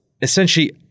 essentially